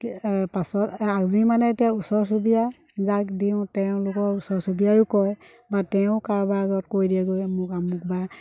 পাছত আজি মানে এতিয়া ওচৰ চুবুৰীয়া যাক দিওঁ তেওঁলোকৰ ওচৰ চুবুৰীয়ায়ো কয় বা তেওঁ কাৰোবাৰ আগত কৈ দিয়েগৈ মোক আমুক বা